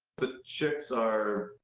the chicks are.